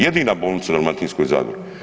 Jedina bolnica u Dalmatinskoj zagori.